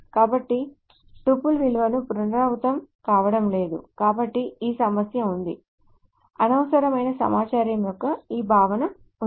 కాబట్టి టుపుల్ విలువలు పునరావృతం కావడం లేదు కాబట్టి ఈ సమస్య ఉంది అనవసరమైన సమాచారం యొక్క ఈ భావన ఉంది